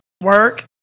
Work